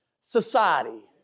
society